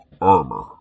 Armor